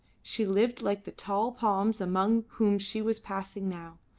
she lived like the tall palms amongst whom she was passing now,